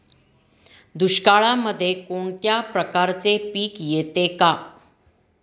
दुष्काळामध्ये कोणत्या प्रकारचे पीक येते का?